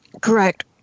Correct